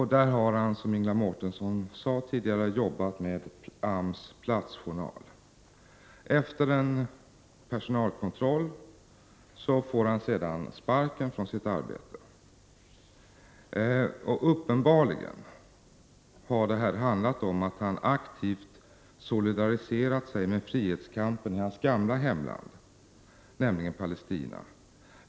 Han har, som Ingela Mårtensson sade, arbetat med AMS platsjournal. Efter en personalkontroll fick han avsked från sitt arbete. Uppenbarligen har det handlat om att han aktivt solidariserat sig med frihetskampen i sitt gamla hemland, nämligen Palestina.